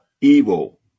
evil